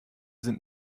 sind